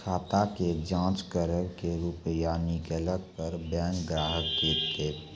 खाता के जाँच करेब के रुपिया निकैलक करऽ बैंक ग्राहक के देब?